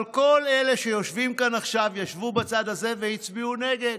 אבל כל אלה שיושבים כאן עכשיו ישבו בצד הזה והצביעו נגד: